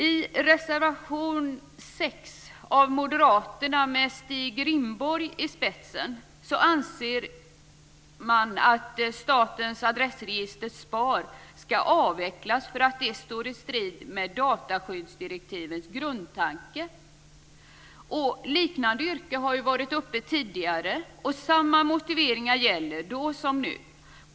I reservation nr 6 av moderaterna, med Stig Rindborg i spetsen, anser man att statens adressregister, SPAR, ska avvecklas för att det står i strid med dataskyddsdirektivets grundtanke. Liknande yrkanden har varit uppe tidigare, och samma motiveringar gäller - då som nu.